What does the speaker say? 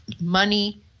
money